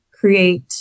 create